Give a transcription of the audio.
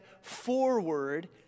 forward